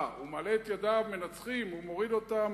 מה, הוא מעלה את ידיו, מנצחים, הוא מוריד אותן,